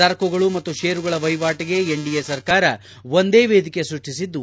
ಸರಕುಗಳು ಮತ್ತು ಷೇರುಗಳ ವಹಿವಾಟಿಗೆ ಎನ್ಡಿಎ ಸರ್ಕಾರ ಒಂದೇ ವೇದಿಕೆ ಸೃಷ್ಷಿಸಿದ್ದು